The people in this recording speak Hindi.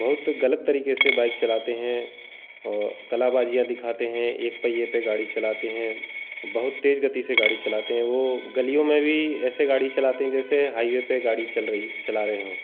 बहुत गलत तरीके से बाइक चलाते हैं औ कलाबाजियाँ दिखाते हैं एक पहिये पर गाड़ी चलाते हैं बहुत तेज़ गति से गाड़ी चलाते हैं वह गलियों में भी ऐसे गाड़ी चलाते हैं जैसे हाइवे पर गाड़ी चल चला रहे हों